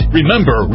Remember